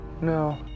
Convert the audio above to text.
No